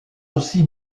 aussi